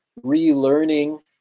relearning